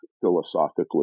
philosophically